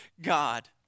God